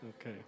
Okay